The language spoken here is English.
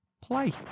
play